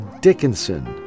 Dickinson